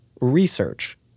research